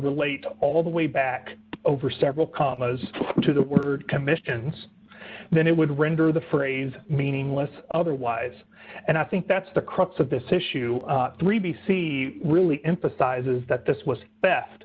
relate all the way back over several commas to the word commissions then it would render the phrase meaningless otherwise and i think that's the crux of this issue three b c really emphasizes that this was best